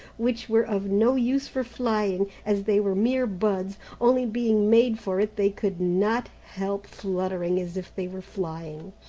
which were of no use for flying, as they were mere buds only being made for it they could not help fluttering as if they were flying.